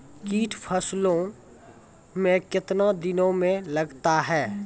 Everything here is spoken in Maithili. कीट फसलों मे कितने दिनों मे लगते हैं?